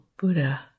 Buddha